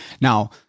Now